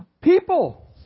People